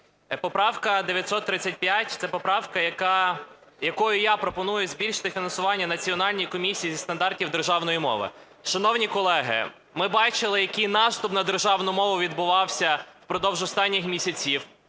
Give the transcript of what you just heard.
Поправка 935 – це поправка, якою я пропоную збільшити фінансування Національній комісії зі стандартів державної мови. Шановні колеги, ми бачили, який наступ на державну мову відбувався впродовж останніх місяців.